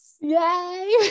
Yay